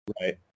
Right